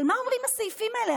אבל מה אומרים הסעיפים האלה?